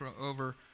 over